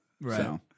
Right